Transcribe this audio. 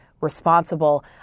responsible